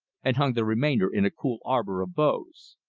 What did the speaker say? and hung the remainder in a cool arbor of boughs.